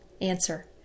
Answer